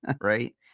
right